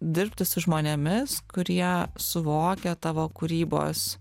dirbti su žmonėmis kurie suvokia tavo kūrybos